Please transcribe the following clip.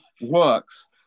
works